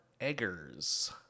Eggers